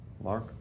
Mark